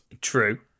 True